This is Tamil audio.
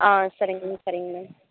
ஆ சரிங்க மேம்ன் சரிங்க மேம்